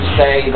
say